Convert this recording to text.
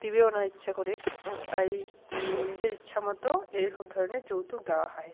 দেবেও না ইচ্ছা করে তাই নিজের ইচ্ছা মতো এই সব ধরনের যৌতুক দেওয়া হয়